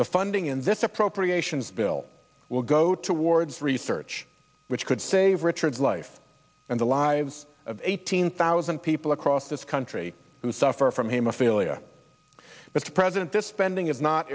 the funding in this appropriations bill will go towards research which could save richard's life and the lives of eighteen thousand people across this country who suffer from him a failure but the president this spending is not